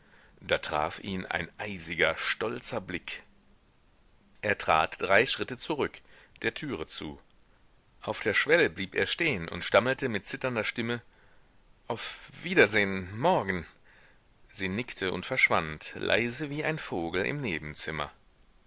da traf ihn ein eisiger stolzer blick er trat drei schritte zurück der türe zu auf der schwelle blieb er stehen und stammelte mit zitternder stimme auf wiedersehn morgen sie nickte und verschwand leise wie ein vogel im nebenzimmer